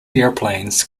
airplanes